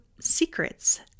secrets